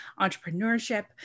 entrepreneurship